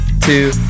two